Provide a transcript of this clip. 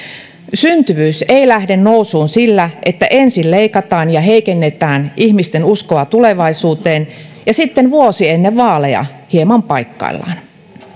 syntyvyys ei lähde nousuun sillä että ensin leikataan ja heikennetään ihmisten uskoa tulevaisuuteen ja sitten vuosi ennen vaaleja hieman paikkaillaan